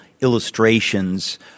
illustrations